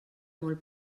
molt